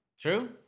True